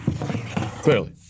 Clearly